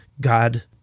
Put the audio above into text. God